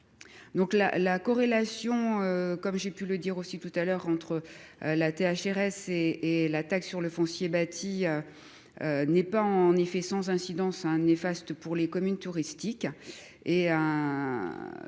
Donc la la corrélation comme j'ai pu le dire aussi tout à l'heure entre. La TA Giresse et et la taxe sur le foncier bâti. N'est pas en effet sans incident hein néfaste pour les communes touristiques